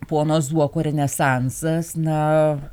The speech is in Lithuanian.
pono zuoko renesansas na